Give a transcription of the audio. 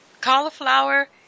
cauliflower